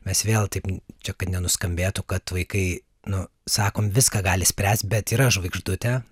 mes vėl taip čia kad nenuskambėtų kad vaikai nu sakom viską gali spręst bet yra žvaigždutė